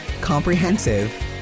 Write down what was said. comprehensive